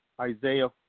Isaiah